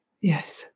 Yes